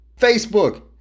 Facebook